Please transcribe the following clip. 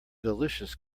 delicious